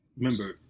Remember